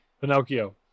Pinocchio